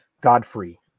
godfrey